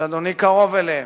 שאדוני קרוב אליהם.